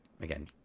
again